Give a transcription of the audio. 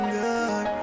good